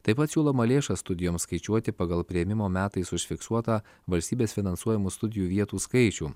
taip pat siūloma lėšas studijoms skaičiuoti pagal priėmimo metais užfiksuotą valstybės finansuojamų studijų vietų skaičių